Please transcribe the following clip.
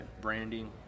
branding